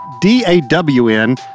D-A-W-N